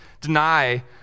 deny